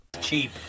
Cheap